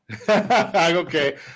okay